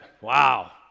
wow